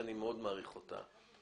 שאני מעריך אותה מאוד,